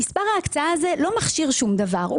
מספר ההקצאה הזה לא מכשיר שום דבר.